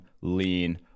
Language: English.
lean